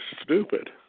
stupid